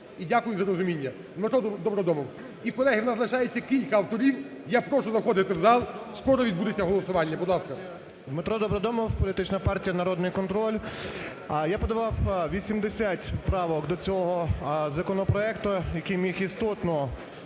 Дмитро Добродомов, політична партія "Народний контроль". Я подавав 80 правок до цього законопроекту, який міг істотно